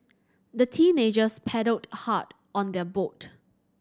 the teenagers paddled hard on their boat